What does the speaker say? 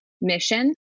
mission